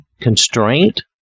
constraint